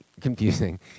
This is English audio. confusing